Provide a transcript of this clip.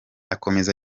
akomeza